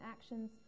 actions